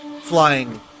flying